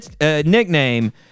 nickname